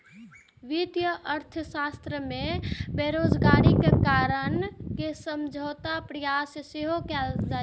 वित्तीय अर्थशास्त्र मे बेरोजगारीक कारण कें समझे के प्रयास सेहो कैल जाइ छै